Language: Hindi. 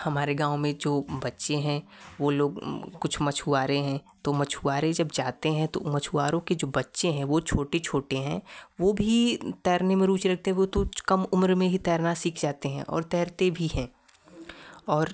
हमारे गाँव में जो बच्चे हैं वो लोग कुछ मछुआरे हैं तो मछुआरे जब जाते हैं तो मछुआरों के जो बच्चे हैं वो छोटे छोटे हैं वो भी तैरने में रुचि रखते हैं वो तो कुछ कम उम्र में ही तैरना सीख जाते हैं और तैरते भी हैं और